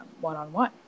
one-on-one